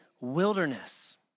Wilderness